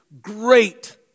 great